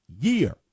year